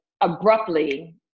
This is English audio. abruptly